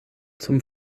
zum